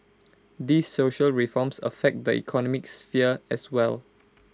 these social reforms affect the economic sphere as well